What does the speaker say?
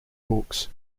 books